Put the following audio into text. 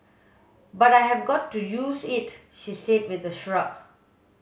but I have got used to it she said with a shrug